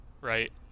right